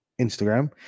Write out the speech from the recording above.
Instagram